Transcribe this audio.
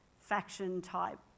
faction-type